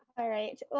alright, well,